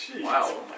Wow